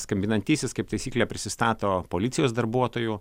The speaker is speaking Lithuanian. skambinantysis kaip taisyklė prisistato policijos darbuotoju